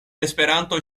esperanto